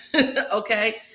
okay